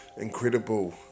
incredible